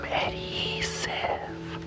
adhesive